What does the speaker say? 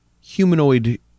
humanoid